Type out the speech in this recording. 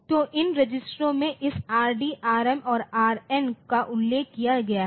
तो इन रजिस्टरों में इस Rd Rm और Rn का उल्लेख किया गया है